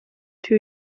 two